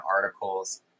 articles